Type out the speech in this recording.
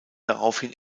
daraufhin